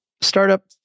startup